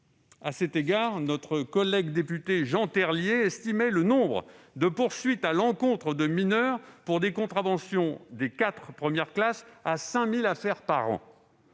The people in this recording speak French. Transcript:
À cet égard, notre collègue député Jean Terlier estimait le nombre de poursuites à l'encontre de mineurs pour des contraventions des quatre premières classes à 5 000 affaires par an.